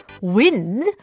wind